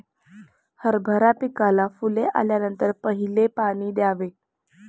हरभरा पिकाला फुले आल्यानंतर पहिले पाणी द्यावे